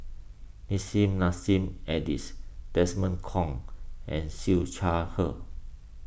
Nissim Nassim Adis Desmond Kon and Siew Shaw Her